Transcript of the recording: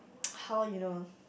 how you know